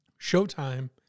showtime